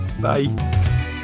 Bye